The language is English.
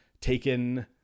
taken